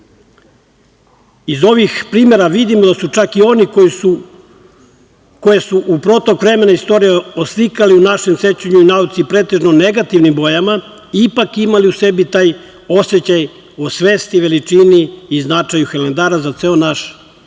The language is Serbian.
ovih primera vidimo da su čak i oni, koje su u protok vremena istorije oslikali u našem sećanju i nauci pretežno negativnim bojama, ipak imali u sebi taj osećaj o svesti, veličini i značaju Hilandara za ceo naš narod,